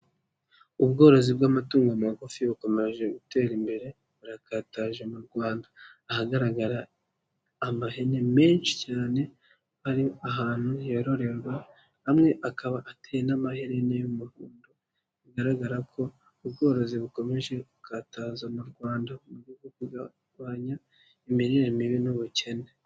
Ubworozi bw'amatungo magufi bukomeje gutera imbere burakataje mu Rwanda, ahagaragara amahene menshi cyane ari ahantu yororerwa hamwe akaba ateye n'amaherena y'umuhondo bigaragara ko ubworozi bukomejekataza mu Rwanda uburyo bwo kugabanya imirire mibi n'ubukene.